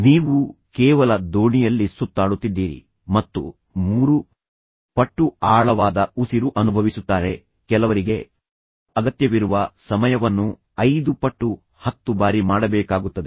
ನೀವು ಕೇವಲ ದೋಣಿಯಲ್ಲಿ ಸುತ್ತಾಡುತ್ತಿದ್ದೀರಿ ಮತ್ತು ಮೂರು ಪಟ್ಟು ಆಳವಾದ ಉಸಿರು ಅನುಭವಿಸುತ್ತಾರೆ ಕೆಲವರಿಗೆ ಅಗತ್ಯವಿರುವ ಸಮಯವನ್ನು ಐದು ಪಟ್ಟು ಹತ್ತು ಬಾರಿ ಮಾಡಬೇಕಾಗುತ್ತದೆ